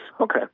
Okay